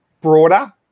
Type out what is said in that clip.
broader